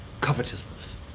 covetousness